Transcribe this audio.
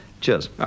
cheers